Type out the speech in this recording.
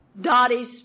Dottie's